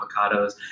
avocados